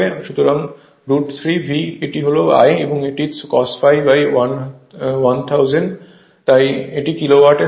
সুতরাং root 3 V এটি হল I এবং এটি cos phi 1000 তাই এটি কিলো ওয়াট এ হবে